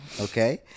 okay